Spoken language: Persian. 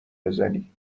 بزنی